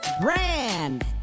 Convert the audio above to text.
Brand